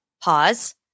pause